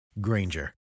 granger